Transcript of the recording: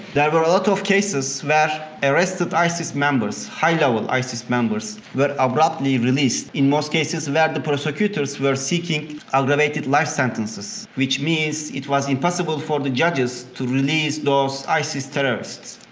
there were a lot of cases where arrested isis members, high-level isis members, were abruptly released in most cases where the prosecutors were seeking aggravated life sentences, which means it was impossible for the judges to release those isis terrorists.